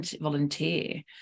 volunteer